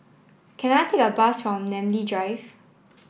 can I take a bus Namly Drive